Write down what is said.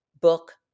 book